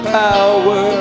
power